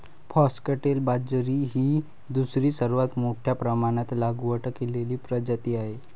foxtail बाजरी ही दुसरी सर्वात मोठ्या प्रमाणात लागवड केलेली प्रजाती आहे